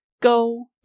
Go